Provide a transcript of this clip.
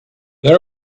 there